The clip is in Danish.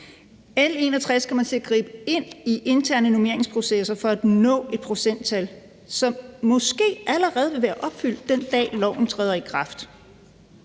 L 61 kommer til at gribe ind i interne normeringsprocesser for at nå et procenttal, som måske allerede vil være opfyldt, den dag loven træder i kraft.